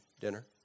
dinner